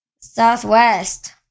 Southwest